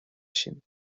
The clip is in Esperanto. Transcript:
ŝin